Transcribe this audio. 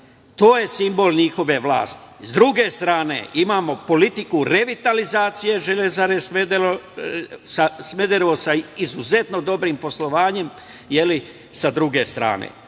To je simbol njihove vlasti. Sa druge strane imamo politiku revitalizacije "Železare Smederevo", sa izuzetno dobrim poslovanjem. Sa jedne strane